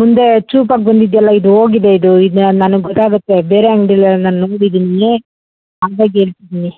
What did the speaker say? ಮುಂದೆ ಚೂಪಾಗಿ ಬಂದಿದೆ ಅಲ್ಲ ಇದೂ ಹೋಗಿದೆ ಇದು ಇದು ನನ್ಗೆ ಗೊತ್ತಾಗುತ್ತೆ ಬೇರೆ ಅಂಗ್ಡಿಯಲ್ಲಿ ನಾನು ನೋಡಿದ್ದಿನೀ ಹಂಗಾಗ್ ಹೇಳ್ತಿದ್ದೀನಿ